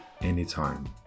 anytime